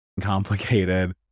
complicated